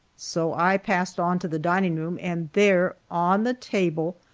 so i passed on to the dining room, and there, on the table,